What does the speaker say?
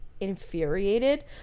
infuriated